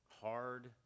Hard